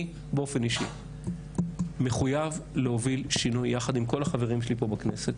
אני באופן אישי מחויב להוביל שינוי יחד עם כל החברים שלי פה בכנסת